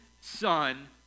son